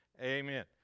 amen